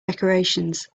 decorations